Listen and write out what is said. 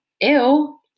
ew